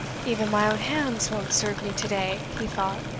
even my own hands won't serve me to-day! he thought,